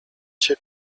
cię